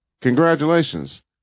Congratulations